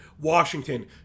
Washington